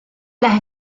las